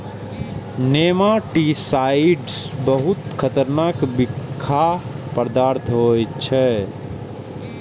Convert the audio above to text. nematicides बहुत खतरनाक बिखाह पदार्थ होइ छै